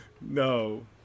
No